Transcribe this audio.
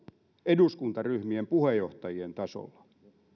eduskuntaryhmien puheenjohtajien tasolla